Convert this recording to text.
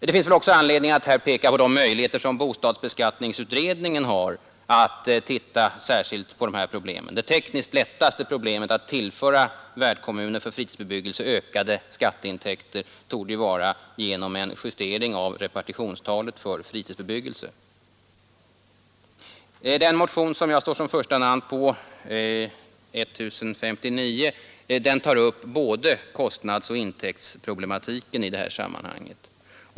Det finns väl också anledning att här peka på de möjligheter som bostadsbeskattningsutredningen har att se särskilt på dessa problem. Det tekniskt lättaste sättet att tillföra värdkommunen för fritidsbebyggelse ökade skatteintäkter torde vara en justering av repartitionstalet för fritidsbebyggelse. Den motion som jag står som första namn på, 1059, tar upp både kostnadsoch intäktsproblematiken i detta sammanhang.